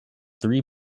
three